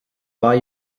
buy